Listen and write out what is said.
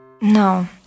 No